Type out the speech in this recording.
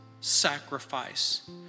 sacrifice